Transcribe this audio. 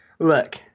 Look